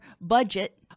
budget